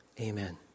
Amen